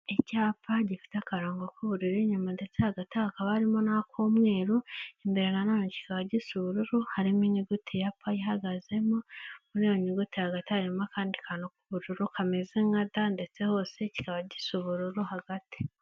Icyapa gifite akarongo k'ubururu inyuma ndetse hagati hakaba harimo n'ak'umweru, imbere na none kikaba gisa ubururu, harimo inyuguti ya p ihagazemo, muri iyo nyuguti hagati harimo akandi kantu k'ubururu kameze nka da, ndetse hose kikaba gisa ubururu hagati.